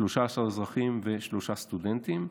13 אזרחים ושלושה סטודנטים.